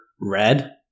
red